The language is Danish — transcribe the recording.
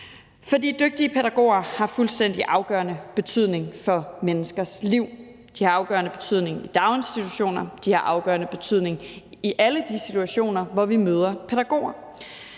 for dygtige pædagoger har fuldstændig afgørende betydning for menneskers liv. De har afgørende betydning i daginstitutioner, og de har afgørende betydning i alle de situationer, hvor vi møder pædagoger.